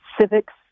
civics